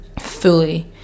fully